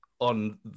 On